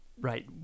Right